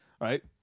Right